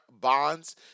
bonds